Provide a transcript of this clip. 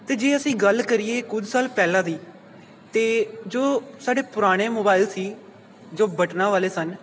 ਅਤੇ ਜੇ ਅਸੀਂ ਗੱਲ ਕਰੀਏ ਕੁਝ ਸਾਲ ਪਹਿਲਾਂ ਦੀ ਤਾਂ ਜੋ ਸਾਡੇ ਪੁਰਾਣੇ ਮੋਬਾਇਲ ਸੀ ਜੋ ਬਟਨਾ ਵਾਲੇ ਸਨ